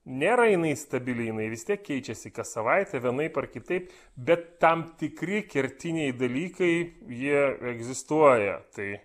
nėra jinai stabili jinai vis tiek keičiasi kas savaitę vienaip ar kitaip bet tam tikri kertiniai dalykai jie egzistuoja tai